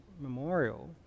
memorial